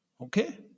Okay